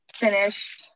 finish